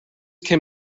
can